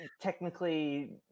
technically